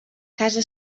casa